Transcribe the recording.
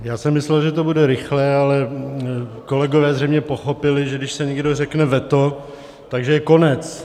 Já jsem myslel, že to bude rychlé, ale kolegové zřejmě pochopili, že když se někde řekne veto, tak že je konec.